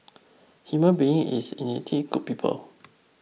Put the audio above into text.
human beings is innately good people